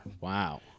Wow